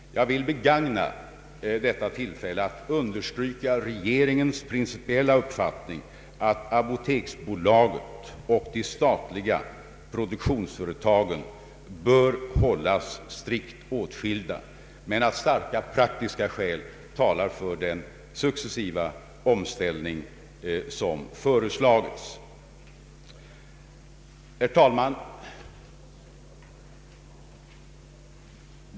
Jag vill begagna detta tillfälle att understryka regeringens principiella uppfattning att apoteksbolaget och de statliga produktionsföretagen bör hållas strikt åtskilda men att starka praktiska skäl talar för den successiva omställning som föreslagits. Herr talman!